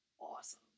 awesome